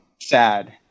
sad